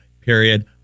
period